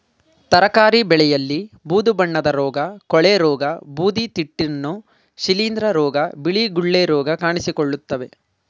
ತರಕಾರಿ ಬೆಳೆಯಲ್ಲಿ ಬೂದು ಬಣ್ಣದ ರೋಗ, ಕೊಳೆರೋಗ, ಬೂದಿತಿಟ್ಟುನ, ಶಿಲಿಂದ್ರ ರೋಗ, ಬಿಳಿ ಗುಳ್ಳೆ ರೋಗ ಕಾಣಿಸಿಕೊಳ್ಳುತ್ತವೆ